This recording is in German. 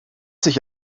sich